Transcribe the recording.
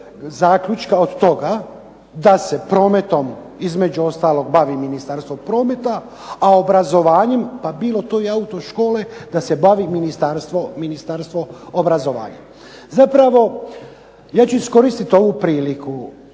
zaključka od toga da se prometom između ostalog bavi Ministarstvo prometa, a obrazovanjem pa bilo to i autoškole da se bavi Ministarstvo obrazovanja. Zapravo ja ću iskoristiti ovu priliku